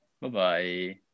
Bye-bye